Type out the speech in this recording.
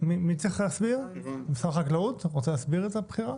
משרד החקלאות, אתה רוצה להסביר את הבחירה?